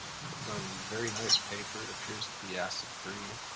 printed on very nice paper. it appears to be acid-free.